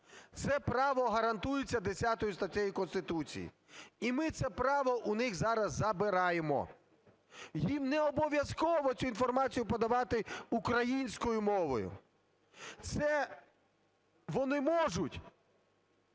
Це право гарантується 10 статтею Конституції. І ми це право у них зараз забираємо, їм не обов'язково цю інформацію подавати українською мовою. Це вони можуть